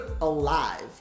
alive